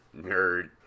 Nerd